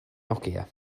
nokia